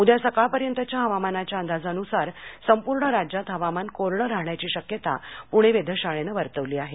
उद्या सकाळपर्यंतच्या हवामानाच्या अंदाजानुसार संपूर्ण राज्यात हवामान कोरडं राहण्याची शक्यता पुणे वेधशाळेनं वर्तवली आहे